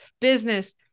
business